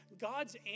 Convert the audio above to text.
God's